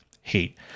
hate